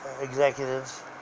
executives